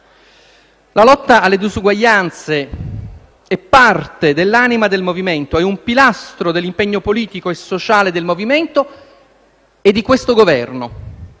La lotta alle disuguaglianze è parte dell'anima del Movimento, è un pilastro dell'impegno politico e sociale del Movimento e di questo Governo.